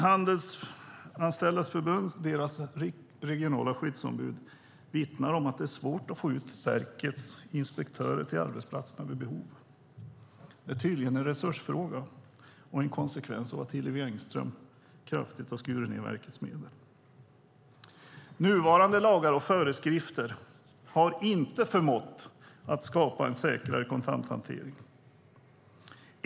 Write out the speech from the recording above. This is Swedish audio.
Handelsanställdas förbunds regionala skyddsombud vittnar om att det är svårt att få ut verkets inspektörer till arbetsplatserna vid behov. Det är tydligen en resursfråga och en konsekvens av att Hillevi Engström kraftigt har skurit ned verkets medel. Nuvarande lagar och föreskrifter har inte förmått att skapa en säkrare kontanthantering.